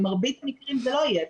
במרבית המקרים זה לא יהיה אפשרי.